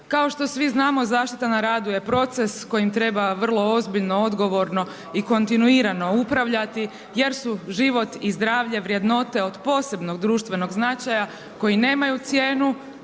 Kao što svi znamo zaštita na radu je proces kojim treba vrlo ozbiljno, odgovorno i kontinuirano upravljati jer su život i zdravlje vrednote od posebnog društvenog značaja koji nemaju cijenu,